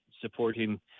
supporting